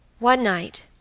one night,